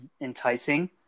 enticing